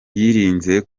yirinze